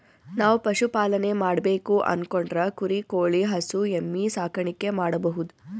ನಾವ್ ಪಶುಪಾಲನೆ ಮಾಡ್ಬೇಕು ಅನ್ಕೊಂಡ್ರ ಕುರಿ ಕೋಳಿ ಹಸು ಎಮ್ಮಿ ಸಾಕಾಣಿಕೆ ಮಾಡಬಹುದ್